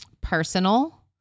Personal